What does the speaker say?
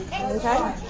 Okay